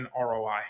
ROI